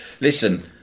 listen